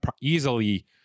Easily